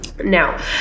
Now